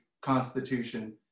constitution